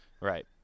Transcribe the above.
Right